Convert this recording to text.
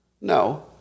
No